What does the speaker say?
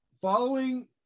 following